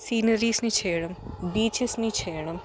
సీనరీస్ని చేయడం బీచెస్ని చేయడం